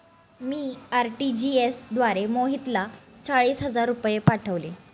मी RTGS द्वारे मोहितला चाळीस हजार रुपये पाठवले